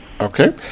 Okay